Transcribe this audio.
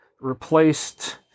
replaced